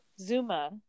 Zuma